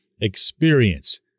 experience